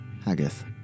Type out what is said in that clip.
Haggith